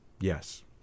Yes